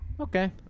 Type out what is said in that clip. okay